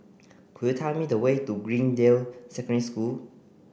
could you tell me the way to Greendale Secondary School